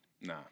Nah